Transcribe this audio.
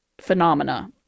phenomena